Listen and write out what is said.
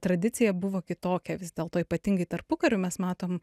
tradicija buvo kitokia vis dėlto ypatingai tarpukariu mes matom